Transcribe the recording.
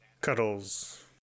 Cuddles